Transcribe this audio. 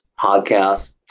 podcasts